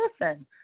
listen